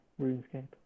RuneScape